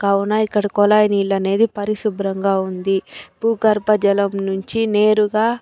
కావున ఇక్కడ కుళాయి నీళ్ళు అనేది పరిశుభ్రంగా ఉంది భూగర్భ జలం నుంచి నేరుగా